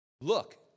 Look